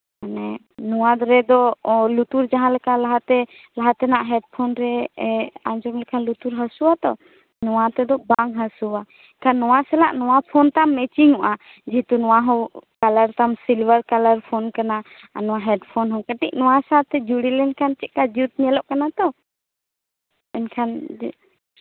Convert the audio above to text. ᱦᱮᱸ ᱱᱚᱣᱟ ᱫᱩᱞᱟᱹᱭ ᱫᱚ ᱞᱩᱛᱩᱨ ᱡᱟᱸᱦᱟ ᱞᱮᱠᱟ ᱞᱟᱦᱟᱛᱮ ᱞᱟᱦᱟᱛᱮᱱᱟᱜ ᱦᱮᱰᱯᱳᱱᱨᱮ ᱟᱸᱡᱚᱢ ᱞᱮᱠᱷᱟᱱ ᱞᱩᱛᱩᱨ ᱦᱟᱹᱥᱩ ᱟᱛᱳ ᱱᱚᱣᱟ ᱛᱮᱫᱚ ᱵᱟᱝ ᱦᱟᱹᱥᱩᱣᱟ ᱛᱳ ᱱᱚᱣᱟ ᱥᱟᱞᱟᱜ ᱱᱚᱣᱟ ᱯᱷᱳᱱ ᱛᱳ ᱢᱮᱪᱤᱝ ᱚᱜᱼᱟ ᱡᱮᱦᱮᱛᱩ ᱱᱚᱣᱟ ᱦᱚᱸ ᱠᱟᱞᱟᱨ ᱛᱟᱢ ᱥᱤᱞᱵᱷᱟᱨ ᱠᱟᱞᱟᱨ ᱯᱷᱳᱱ ᱠᱟᱱᱟ ᱱᱚᱣᱟ ᱦᱮᱰ ᱯᱷᱳᱱ ᱦᱚᱸ ᱠᱟᱹᱴᱤᱡ ᱱᱚᱣᱟ ᱥᱟᱶᱛᱮ ᱡᱩᱲᱤ ᱞᱮᱠᱷᱟᱱ ᱪᱮᱫ ᱞᱮᱠᱟ ᱡᱩᱛ ᱧᱮᱞᱚᱜ ᱠᱟᱱᱟ ᱛᱳ ᱮᱱᱠᱷᱟᱱ